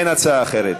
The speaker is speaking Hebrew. אין הצעה אחרת.